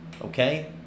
okay